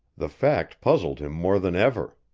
the fact puzzled him more than ever.